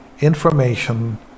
information